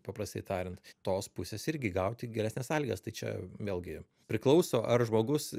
paprastai tariant tos pusės irgi gauti geresnes sąlygas tai čia vėlgi priklauso ar žmogus